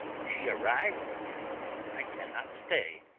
she arrive, but i cannot stay.